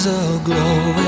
aglow